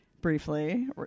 briefly